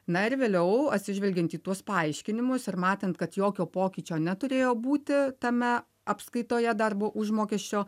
na ir vėliau atsižvelgiant į tuos paaiškinimus ir matant kad jokio pokyčio neturėjo būti tame apskaitoje darbo užmokesčio